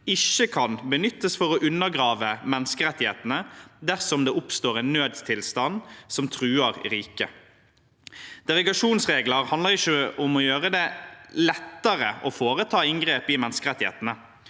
ikke kan benyttes for å undergrave menneskerettighetene dersom det oppstår en nødstilstand som truer riket. Derogasjonsregler handler ikke om å gjøre det lettere å foreta inngrep i menneskerettighetene.